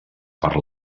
per